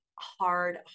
hard